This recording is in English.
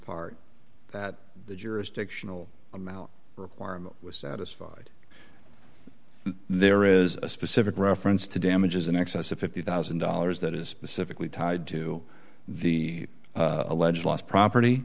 part that the jurisdictional m out requirement was satisfied there is a specific reference to damages in excess of fifty thousand dollars that is specifically tied to the alleged lost property